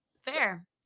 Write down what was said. Fair